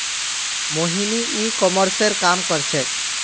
मोहिनी ई कॉमर्सेर काम कर छेक्